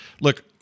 look